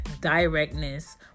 directness